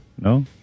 No